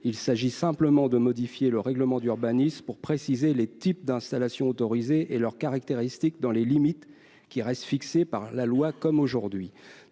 Il s'agit simplement de modifier le règlement d'urbanisme pour préciser les types d'installation autorisés et leurs caractéristiques, dans les limites fixées par la loi. De plus,